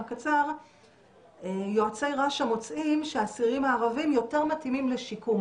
קצר יועצי רש"א מוצאים שהאסירים הערבים יותר מתאימים לשיקום.